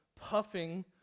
puffing